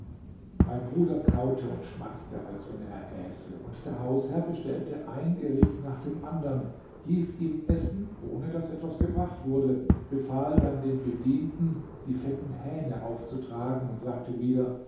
mein bruder kaute und schmatzte als wenn er äße und der hausherr bestellte ein gericht nach dem andern hieß ihn essen ohne daß etwas gebracht wurde befahl dann dem bedienten die fetten hähne aufzutragen und sagte wieder